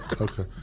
Okay